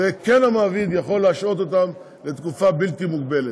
והמעביד יכול להשעות אותם לתקופה בלתי מוגבלת.